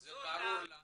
זה ברור לנו